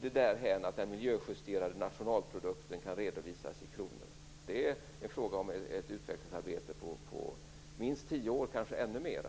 det dithän att den miljöjusterade nationalprodukten kan redovisas i kronor. Det är fråga om ett utvecklingsarbete på minst tio år - kanske ännu mer.